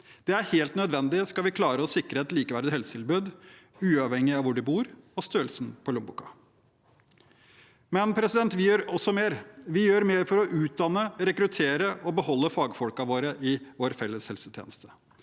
Det er helt nødvendig, skal vi klare å sikre et likeverdig helsetilbud, uavhengig av hvor du bor og størrelsen på lommeboka. Vi gjør også mer for å utdanne, rekruttere og beholde fagfolkene våre i vår felles helsetjeneste.